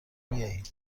بیایی